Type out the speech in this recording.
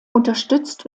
unterstützt